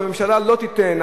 והממשלה לא תיתן,